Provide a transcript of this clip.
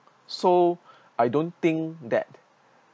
so I don't think that